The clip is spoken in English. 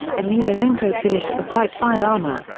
emelianenko finished the fight via armbar.